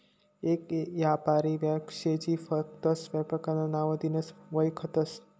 येक यापारी ब्यांक शे जी फकस्त ब्यांकना नावथीनच वयखतस